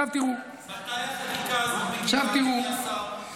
מתי החקיקה הזאת מגיעה, אדוני השר?